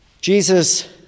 Jesus